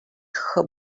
her